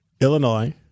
Illinois